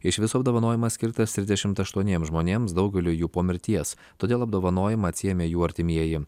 iš viso apdovanojimas skirtas trisdešimt aštuoniems žmonėms daugeliui jų po mirties todėl apdovanojimą atsiėmė jų artimieji